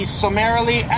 summarily